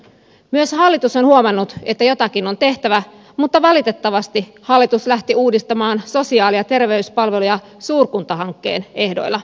myös hallitus on huomannut että jotakin on tehtävä mutta valitettavasti hallitus lähti uudistamaan sosiaali ja terveyspalveluja suurkuntahankkeen ehdoilla